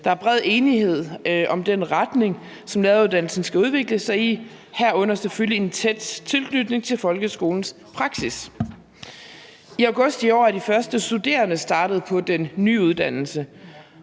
Der er bred enighed om den retning, som læreruddannelsen skal udvikle sig i, herunder selvfølgelig intens tilknytning til folkeskolens praksis. I august i år er de første studerende startet på den nye uddannelse,